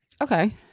Okay